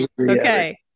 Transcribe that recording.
Okay